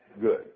good